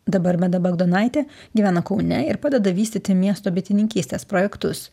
dabar meda bagdonaitė gyvena kaune ir padeda vystyti miesto bitininkystės projektus